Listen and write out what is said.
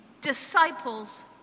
disciples